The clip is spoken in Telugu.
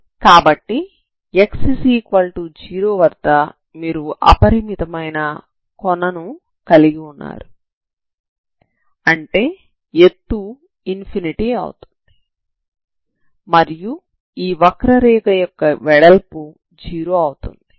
కాబట్టి x0 వద్ద మీరు అపరిమితమైన కొనను కలిగి ఉన్నారు అంటే ఎత్తు ∞ అవుతుంది మరియు ఈ వక్రరేఖ యొక్క వెడల్పు 0 అవుతుంది